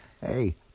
Hey